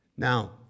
Now